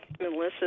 Melissa